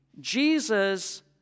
Jesus